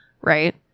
right